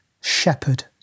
shepherd